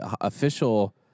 official